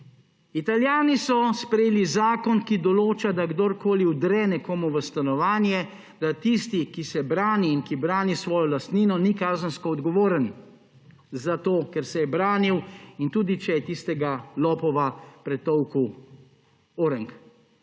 Italijani so sprejeli zakon, ki določa, da kdorkoli vdre nekomu v stanovanje, da tisti, ki se brani in ki brani svojo lastnino, ni kazensko odgovoren, zato ker se je branil, in tudi, če je tistega lopova dobro pretolkel.